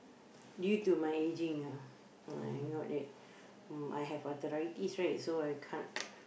due to my aging ah I'm not that uh I have arthritis right so I can't